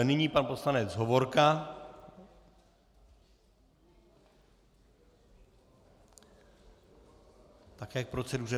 Nyní pan poslanec Hovorka také k proceduře.